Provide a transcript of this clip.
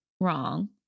wrong